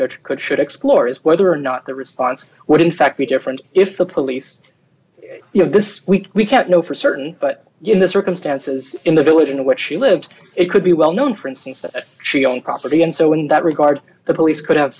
judge could should explore is whether or not the response what in fact be different if the police you know this we we can't know for certain but you know the circumstances in the village in which she lived it could be well known for instance that she owned property and so in that regard the police could have